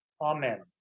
Amen